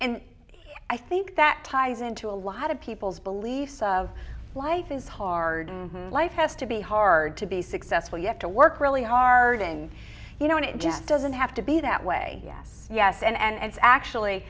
and i think that ties into a lot of people's beliefs of life is hard life has to be hard to be successful you have to work really hard and you know and it just doesn't have to be that way yes yes and it's actually